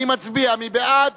מי בעד?